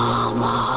Mama